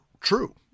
true